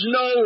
no